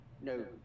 no